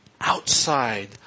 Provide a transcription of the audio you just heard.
outside